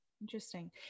interesting